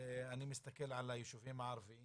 אני מסתכל על היישובים הערביים